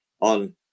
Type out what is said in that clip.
on